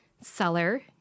seller